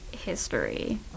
history